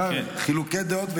יש חילוקי דעות,